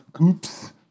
Oops